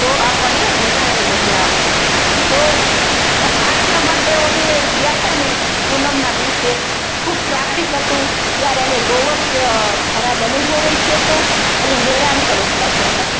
તો આપણને વધારે મજા આવે તો આટલા માટે અમે ગયાં હતાં ને પૂનમના દિવસે ખૂબ ટ્રાફિક હતું ત્યારે અમે બહુ જ ખરાબ અનુભવ ય થયો હતો અને હેરાન પણ એટલા થયા હતાં